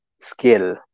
skill